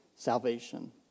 salvation